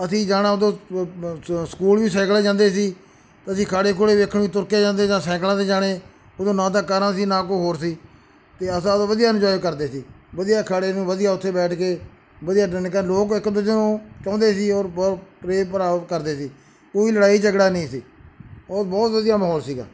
ਅਸੀਂ ਜਾਣਾ ਉਦੋਂ ਸਕੂਲ ਵੀ ਸਾਈਕਲਾਂ 'ਤੇ ਜਾਂਦੇ ਸੀ ਅਤੇ ਅਸੀਂ ਅਖਾੜੇ ਅਖੁੜੇ ਵੇਖਣ ਨੂੰ ਵੀ ਤੁਰ ਕੇ ਜਾਂਦੇ ਜਾਂ ਸਾਇਕਲਾਂ 'ਤੇ ਜਾਣਾ ਉਦੋਂ ਨਾ ਤਾਂ ਕਾਰਾਂ ਸੀ ਨਾ ਕੋਈ ਹੋਰ ਸੀ ਅਤੇ ਹੱਸ ਹੱਸ ਵਧੀਆ ਇੰਜੋਏ ਕਰਦੇ ਸੀ ਵਧੀਆ ਅਖਾੜੇ ਨੂੰ ਵਧੀਆ ਉੱਥੇ ਬੈਠ ਕੇ ਵਧੀਆ ਯਾਨੀ ਕਿ ਲੋਕ ਇੱਕ ਦੂਜੇ ਨੂੰ ਚਾਹੁੰਦੇ ਸੀ ਔਰ ਬਹੁਤ ਪ੍ਰੇਮ ਭਰਾਵ ਕਰਦੇ ਸੀ ਕੋਈ ਲੜਾਈ ਝਗੜਾ ਨਹੀਂ ਸੀ ਔਰ ਬਹੁਤ ਵਧੀਆ ਮਾਹੌਲ ਸੀਗਾ